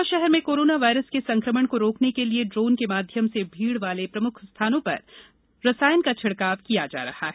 इंदौर शहर में corona virus के संकमण को रोकने के लिये ड्रोन के माध्यम से भीड़ वाले प्रमुख स्थानों पर रसायन का छिड़काव किया जा रहा है